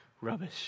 rubbish